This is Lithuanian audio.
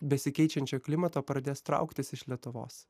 besikeičiančio klimato pradės trauktis iš lietuvos